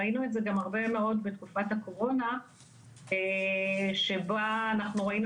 ראינו את זה גם הרבה מאוד בתקופת הקורונה שבה אנחנו ראינו